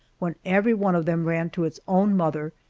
when every one of them ran to its own mother,